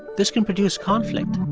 this can produce conflict,